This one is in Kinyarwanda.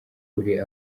abure